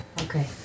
Okay